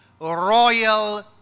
royal